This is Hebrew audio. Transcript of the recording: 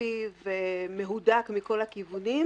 סופי ומהודק מכל הכיוונים,